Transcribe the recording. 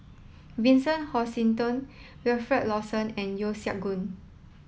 Vincent Hoisington Wilfed Lawson and Yeo Siak Goon